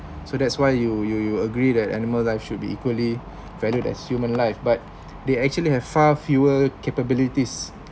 so that's why you you you agree that animal live should be equally valued as human life but they actually have far fewer capabilities